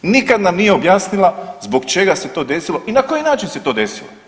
Nikad nam nije objasnila zbog čega se to desilo i na koji način se to desilo.